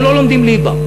שלא לומדים ליבה.